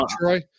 Troy